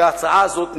וההצעה הזאת נפלה.